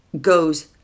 goes